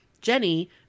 Jenny